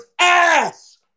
ass